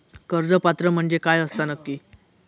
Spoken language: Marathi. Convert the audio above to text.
कर्ज पात्र म्हणजे काय असता नक्की?